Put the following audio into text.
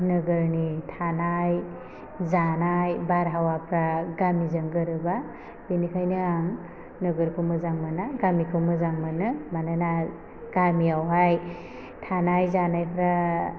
नोगोरनि थानाय जानाय बारहावाफ्रा गामिनिजों गोरोबा बेनिखायोनो आं नोगोरखौ मोजां मोना गामिखौ मोजां मोनो मानोना गामियावहाय थानाय जानायफ्रा